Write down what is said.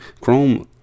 Chrome